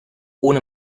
ohne